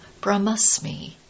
Brahmasmi